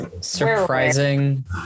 surprising